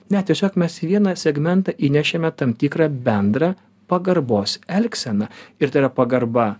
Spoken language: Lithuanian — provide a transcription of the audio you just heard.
ne tiesiog mes į vieną segmentą įnešėme tam tikrą bendrą pagarbos elgseną ir tai yra pagarba